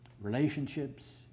relationships